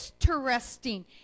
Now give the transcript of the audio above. interesting